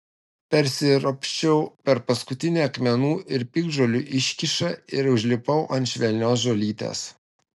persiropščiau per paskutinę akmenų ir piktžolių iškyšą ir užlipau ant švelnios žolytės